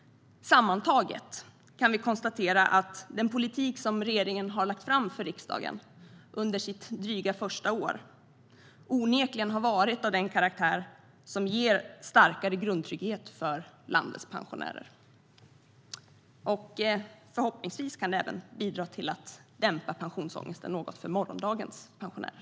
Sammantaget kan vi konstatera att den politik som regeringen har lagt fram för riksdagen under sitt dryga första år onekligen har varit av den karaktär som ger starkare grundtrygghet för landets pensionärer. Förhoppningsvis kan det även bidra till att något dämpa pensionsångesten för morgondagens pensionärer.